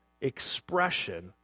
expression